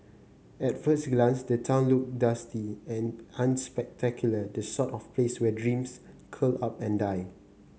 at first glance the town look dusty and unspectacular the sort of place where dreams curl up and die